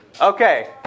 Okay